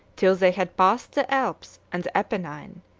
till they had passed the alps and the apennine,